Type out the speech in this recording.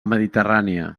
mediterrània